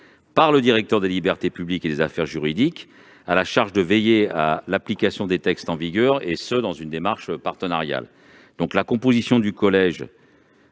par le directeur des libertés publiques et des affaires juridiques, est chargé de veiller à l'application des textes en vigueur, et ce dans une démarche partenariale. La composition de ce collège